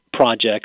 projects